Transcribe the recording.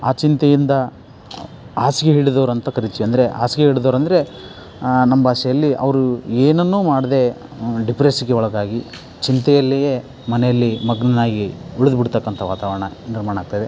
ಆ ಚಿಂತೆಯಿಂದ ಹಾಸಿಗೆ ಹಿಡಿದವರಂತ ಕರಿತೀವಿ ಅಂದರೆ ಹಾಸಿಗೆ ಹಿಡಿದವರಂದ್ರೆ ನಮ್ಮ ಭಾಷೆಯಲ್ಲಿ ಅವರು ಏನನ್ನು ಮಾಡದೆ ಡಿಪ್ರೆಸ್ಗೆ ಒಳಗಾಗಿ ಚಿಂತೆಯಲ್ಲಿಯೆ ಮನೆಯಲ್ಲಿ ಮಗ್ನನಾಗಿ ಉಳ್ದು ಬಿಡ್ತಕ್ಕಂತ ವಾತಾವರಣ ನಿರ್ಮಾಣಾಗ್ತಾಯಿದೆ